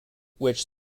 which